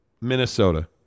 Minnesota